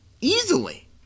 Easily